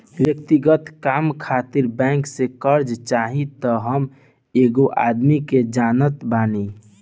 व्यक्तिगत काम खातिर बैंक से कार्जा चाही त हम एगो आदमी के जानत बानी